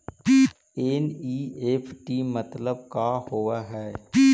NEFT मतलब का होब हई?